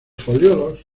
foliolos